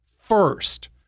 first